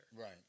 right